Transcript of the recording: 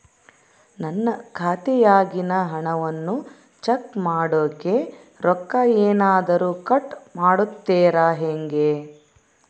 ನನ್ನ ಖಾತೆಯಾಗಿನ ಹಣವನ್ನು ಚೆಕ್ ಮಾಡೋಕೆ ರೊಕ್ಕ ಏನಾದರೂ ಕಟ್ ಮಾಡುತ್ತೇರಾ ಹೆಂಗೆ?